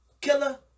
Killer